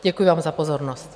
Děkuji vám za pozornost.